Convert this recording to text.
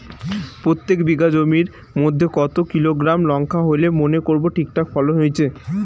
প্রত্যেক বিঘা জমির মইধ্যে কতো কিলোগ্রাম লঙ্কা হইলে মনে করব ঠিকঠাক ফলন হইছে?